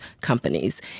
companies